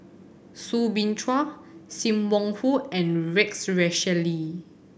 Soo Bin Chua Sim Wong Hoo and Rex Shelley